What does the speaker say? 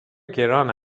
گران